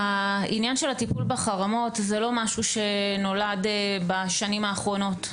העניין של הטיפול בחרמות זה לא משהו שנולד בשנים האחרונות,